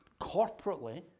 corporately